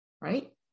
right